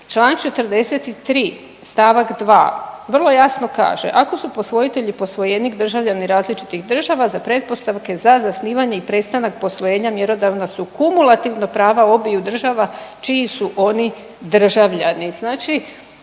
članak 43. stavak 2. vrlo jasno kaže ako su posvojitelji, posvojenik državljani različitih država za pretpostavke za zasnivanje i prestanak posvojenja mjerodavna su kumulativna prava obiju država čiji su oni državljani.